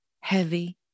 heavy